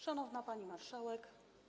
Szanowna Pani Marszałek!